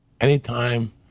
Anytime